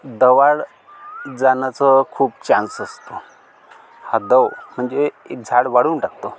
दवा जाण्याचं खूप चान्स असतो हा दव म्हणजे हे एक झाड वाळवून टाकतो